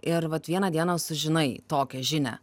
ir vat vieną dieną sužinai tokią žinią